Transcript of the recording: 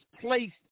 placed